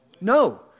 No